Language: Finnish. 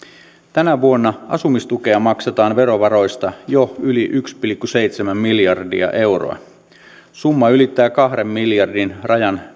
tänä vuonna asumistukea maksetaan verovaroista jo yli yksi pilkku seitsemän miljardia euroa summa ylittää kahden miljardin rajan